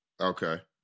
okay